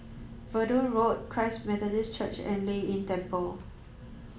Verdun Road Christ Methodist Church and Lei Yin Temple